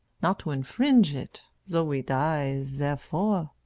not to infringe it, though we die therefore